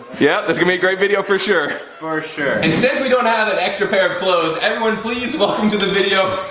yeah it's gonna be a great video for sure. for sure and since we don't have an extra pair of clothes, everyone please welcome to the video.